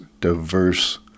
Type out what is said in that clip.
diverse